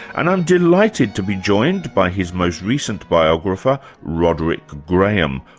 and i'm delighted to be joined by his most recent biographer, roderick graham,